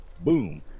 boom